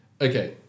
Okay